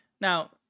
now